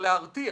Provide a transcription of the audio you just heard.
להרתיע